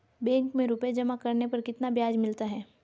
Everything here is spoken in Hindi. बैंक में रुपये जमा करने पर कितना ब्याज मिलता है?